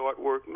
artwork